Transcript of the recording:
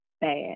bad